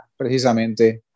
precisamente